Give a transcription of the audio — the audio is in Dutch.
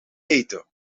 eten